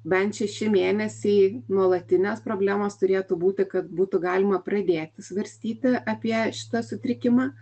bent šeši mėnesiai nuolatinės problemos turėtų būti kad būtų galima pradėti svarstyti apie šitą sutrikimą